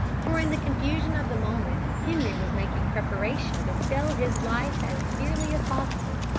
for in the confusion of the moment henri was making preparation to sell his life as dearly as possible.